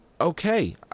okay